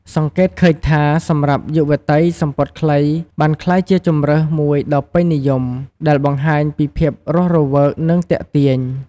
សង្កេតឃើញថា សម្រាប់យុវតី សំពត់ខ្លីបានក្លាយជាជម្រើសមួយដ៏ពេញនិយមដែលបង្ហាញពីភាពរស់រវើក និងទាក់ទាញ។